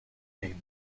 named